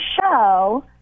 show